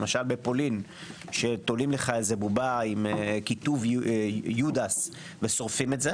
למשל בפולין שתולים לך בובה עם כיתוב יודהס ושורפים את זה.